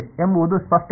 ಎಂಬುದು ಸ್ಪಷ್ಟವಾಗಿದೆ